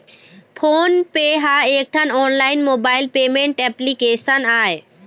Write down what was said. phone पे ह एकठन ऑनलाइन मोबाइल पेमेंट एप्लीकेसन आय